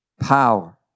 power